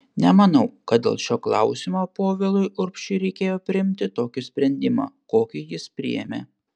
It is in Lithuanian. nemanau kad dėl šio klausimo povilui urbšiui reikėjo priimti tokį sprendimą kokį jis priėmė